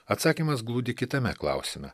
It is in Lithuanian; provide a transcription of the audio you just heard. atsakymas glūdi kitame klausime